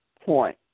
Point